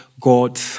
God